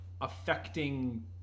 affecting